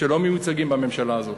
שלא מיוצגות בממשלה הזאת.